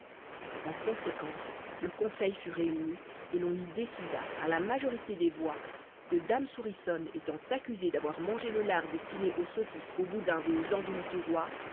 en conséquence le conseil fut réuni et l'on y décida à la majorité des voix que dame souriçonne étant accusée d'avoir mangé le lard destiné aux saucisses aux boudins et aux andouilles du roi